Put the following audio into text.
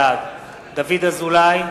בעד דוד אזולאי,